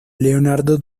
leonardo